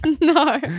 No